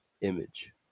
image